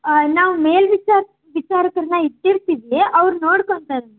ನಾವು ಮೇಲ್ವಿಚಾರ್ ವಿಚಾರಕರನ್ನು ಇಟ್ಟಿರ್ತೀವಿ ಅವರು ನೋಡ್ಕೊಂತಾರೆ